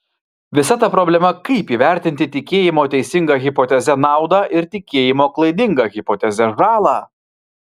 visa problema kaip įvertinti tikėjimo teisinga hipoteze naudą ir tikėjimo klaidinga hipoteze žalą